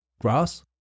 grass